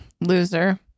loser